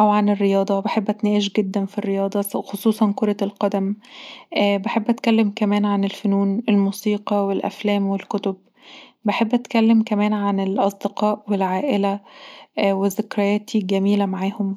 او عن الرياضه، بحب اتناقش جدا في الرياضه وخصوصا كرة القدم بحب اتكلم كمان عن الفنون الموسيقي والافلام والكتب، بحب اتكلم كمان عن الأصدقاء والعائله وذكرياتي الجميلة معاهم